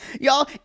Y'all